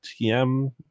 TM